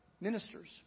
ministers